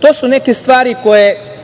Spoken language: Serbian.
To su neke stvari